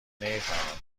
نمیفهمم